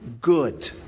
good